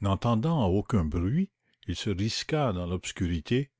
n'entendant aucun bruit il se risqua dans l'obscurité